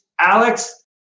Alex